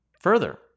further